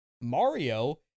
Mario